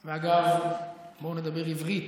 ואגב, בואו נדבר עברית.